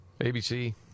ABC